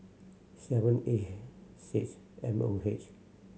seven eight six M O H